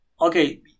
okay